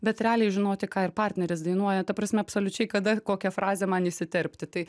bet realiai žinoti ką ir partneris dainuoja ta prasme absoliučiai kada kokią frazę man įsiterpti tai